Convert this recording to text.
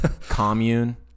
commune